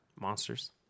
Monsters